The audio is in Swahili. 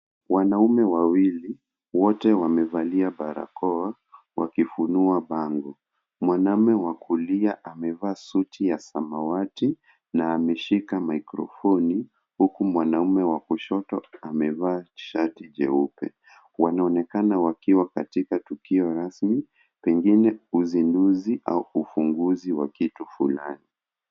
Wanaume wawili wote wamevalia barakoa wakifunua bango. Mwanaume wa kulia amevaa suti ya samawati na ameshika microphone huku mwanaume wa kushoto amevaa shati jeupe. Wanaonekana wakiwa katika tukio rasmi, pengine uzinduzi au ufunguzi wa kitu fulani.